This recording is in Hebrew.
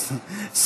להתנגד.